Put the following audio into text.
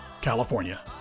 California